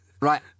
Right